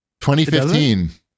2015